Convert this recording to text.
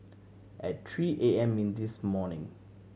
at three A M in this morning